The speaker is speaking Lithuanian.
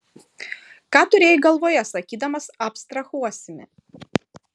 ką turėjai galvoje sakydamas abstrahuosime